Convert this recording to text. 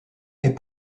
est